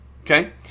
Okay